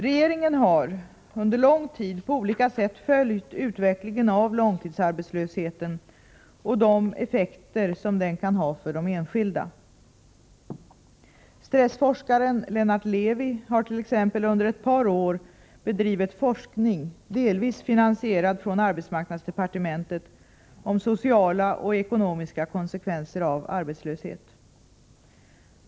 Regeringen har under lång tid på olika sätt följt utvecklingen av långtidsarbetslösheten och de effekter som den kan ha för den enskilde. Stressforskaren Lennart Levi har t.ex. under ett par år bedrivit forskning delvis finansierad från arbetsmarknadsdepartementet om sociala och ekonomiska konsekvenser av arbetslöshet.